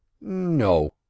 No